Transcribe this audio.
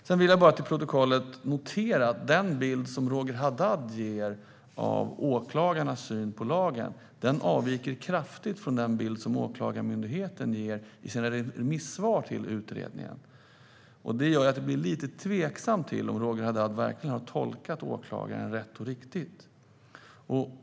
Sedan vill jag bara för protokollet få noterat att den bild som Roger Haddad ger av åklagarens syn på lagen kraftigt avviker från den bild som Åklagarmyndigheten ger i sina remissvar till utredningen. Det gör att jag blir lite tveksam till om Roger Haddad verkligen har tolkat åklagaren rätt och riktigt.